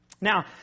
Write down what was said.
Now